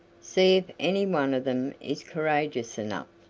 see if any one of them is courageous enough,